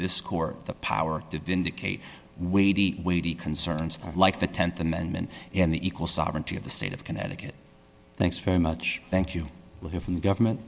this court the power to vindicate weighty weighty concerns like the th amendment and the equal sovereignty of the state of connecticut thanks very much thank you we'll hear from the government